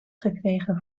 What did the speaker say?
gekregen